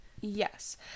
Yes